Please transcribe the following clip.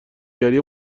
گری